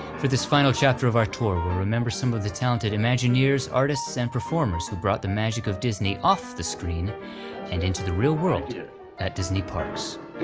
for this final chapter of our tour, we'll remember some of the talented imagineers, artists, and performers who brought the magic of disney off the screen and into the real world yeah at the disney parks.